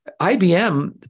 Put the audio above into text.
IBM